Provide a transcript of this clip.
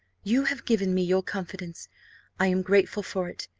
you have given me your confidence i am grateful for it.